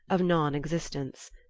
of nonexistence.